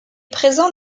présent